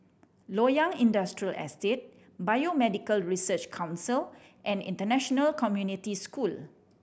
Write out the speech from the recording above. Loyang Industrial Estate Biomedical Research Council and International Community School